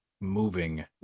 moving